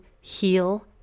heal